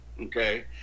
Okay